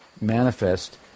manifest